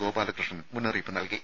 ഗോപാലകൃഷ്ണൻ മുന്നറിയിപ്പ് നൽകി